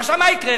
עכשיו, מה יקרה?